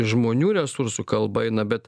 žmonių resursų kalba eina bet